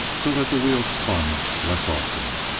so that the wheel spun less often.